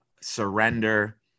surrender